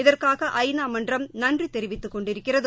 இதற்காக ஐ நா மன்றம் நன்றி தெரிவித்துக்கொண்டிருக்கிறது